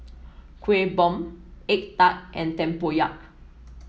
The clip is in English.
Kuih Bom egg tart and tempoyak